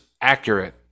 accurate